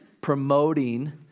promoting